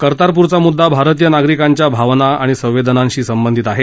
कर्तारपूरचा मुद्दा भारतीय नागरिकांच्या भावना आणि संवेदनांशी संबंधित आहे